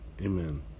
amen